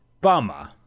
bummer